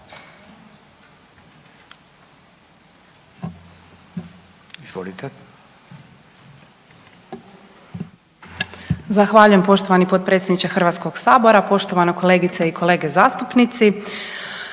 (HDZ)** Zahvaljujem poštovani potpredsjedniče Hrvatskog sabora, poštovane zastupnice, poštovani zastupnici.